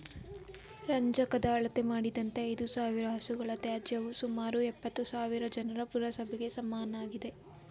ರಂಜಕದ ಅಳತೆ ಮಾಡಿದಂತೆ ಐದುಸಾವಿರ ಹಸುಗಳ ತ್ಯಾಜ್ಯವು ಸುಮಾರು ಎಪ್ಪತ್ತುಸಾವಿರ ಜನರ ಪುರಸಭೆಗೆ ಸಮನಾಗಿದೆ